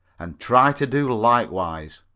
and try to do likewise.